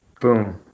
Boom